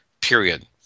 period